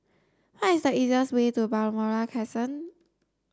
what is the easiest way to Balmoral Crescent